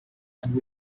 and